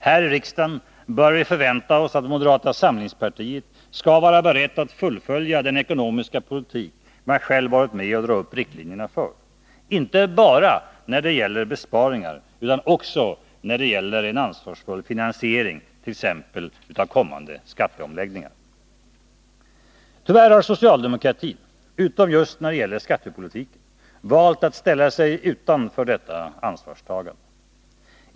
Här i riksdagen bör vi förvänta oss att moderata samlingspartiet skall vara berett att fullfölja den ekonomiska politik man själv varit med att dra upp riktlinjerna för — inte bara när det gäller besparingar utan också när det gäller en ansvarsfull finansiering t.ex. av kommande skatteomläggningar. Tyvärr har socialdemokratin, utom just när det gäller skattepolitiken, valt att ställa sig utanför detta ansvarstagande.